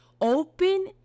open